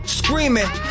screaming